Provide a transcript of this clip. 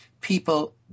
people